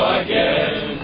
again